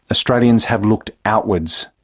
australians have looked outwards,